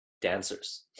dancers